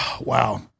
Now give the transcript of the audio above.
Wow